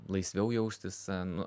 laisviau jaustis nu